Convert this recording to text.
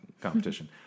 competition